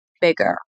bigger